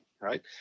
right